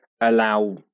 allow